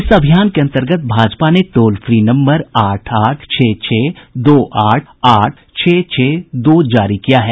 इस अभियान के अंतर्गत भाजपा ने टोल फ्री नम्बर आठ आठ छह छह दो आठ आठ छह छह दो जारी किया है